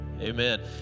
Amen